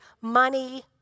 money